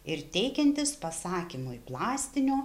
ir teikiantis pasakymui plastinio